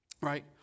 Right